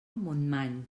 montmany